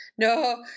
no